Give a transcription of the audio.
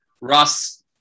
Russ